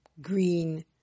green